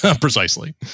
Precisely